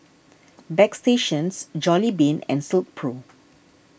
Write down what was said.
Bagstationz Jollibean and Silkpro